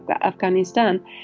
Afghanistan